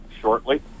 shortly